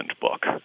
book